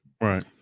right